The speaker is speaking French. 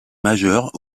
majeures